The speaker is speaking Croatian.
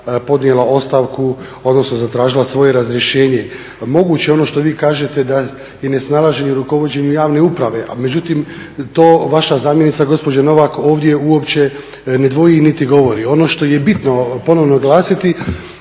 podnijela ostavku odnosno zatražila svoje razrješenje. Moguće je ono što vi kažete da i nesnalaženje u rukovođenju javne uprave, međutim to vaša zamjenica gospođa Novak ovdje uopće ne dvoji niti govori. Ono što je bitno ponovno naglasiti